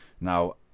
now